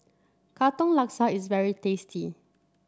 Katong Laksa is very tasty